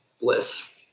bliss